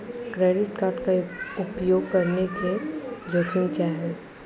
Credit card का उपयोग करने के जोखिम क्या हैं?